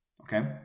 okay